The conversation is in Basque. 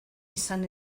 izan